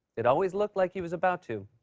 it always looked like he was about to,